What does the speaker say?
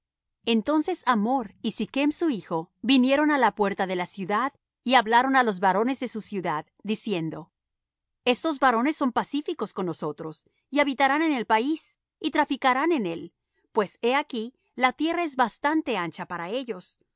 entonces hamor y sichm su hijo vinieron á la puerta de su ciudad y hablaron á los varones de su ciudad diciendo estos varones son pacíficos con nosotros y habitarán en el país y traficarán en él pues he aquí la tierra es bastante ancha para ellos